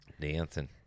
dancing